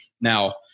Now